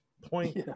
point